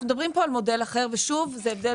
אנחנו מדברים כאן על מודל אחר ושוב, זה הבדל.